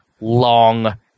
long